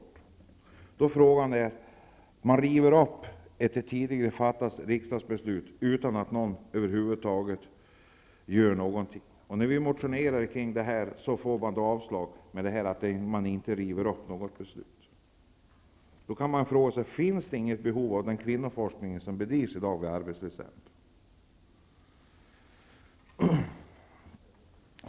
Man rev upp ett tidigare fattat riksdagsbeslut utan att någon över huvud taget gjorde någonting. När vi motionerar i detta ärende får vi motionen avstyrkt med motiveringen att man inte river upp beslut. Man kan fråga sig om det inte finns något behov av den kvinnoforskning som bedrivs vid arbetslivscentrum.